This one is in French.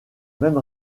même